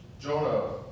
Jonah